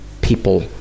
people